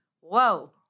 Whoa